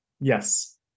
Yes